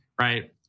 right